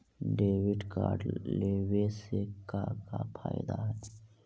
Debit card लेवे से का का फायदा है?